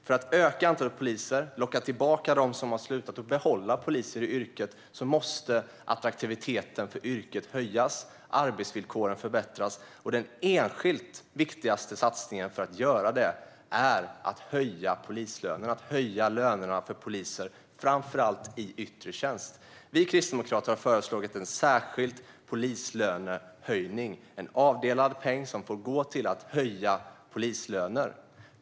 För att öka antalet poliser, locka tillbaka dem som har slutat och behålla poliser i yrket måste attraktiviteten för yrket höjas och arbetsvillkoren förbättras. Och den enskilt viktigaste satsningen för att göra det är att höja polislönerna, framför allt för poliser i yttre tjänst. Vi kristdemokrater har föreslagit en särskild polislönehöjning, en avdelad peng som ska gå till att höja polislöner.